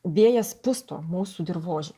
vėjas pusto mūsų dirvože